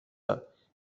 映射